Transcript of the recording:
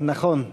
נכון,